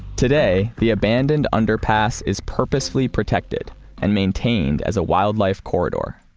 today, the abandoned underpass is purposefully protected and maintained as a wildlife corridor.